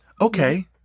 Okay